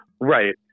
Right